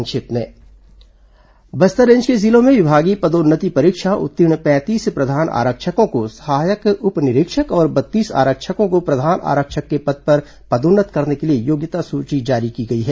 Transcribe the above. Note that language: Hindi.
संक्षिप्त समाचार बस्तर रेंज के जिलों में विभागीय पदोन्नति परीक्षा उत्तीर्ण पैंतीस प्रधान आरक्षकों को सहायक उप निरीक्षक और बत्तीस आरक्षकों को प्रधान आरक्षक के पद पर पदोन्नत करने के लिए योग्यता सूची जारी की गई है